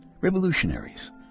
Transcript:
revolutionaries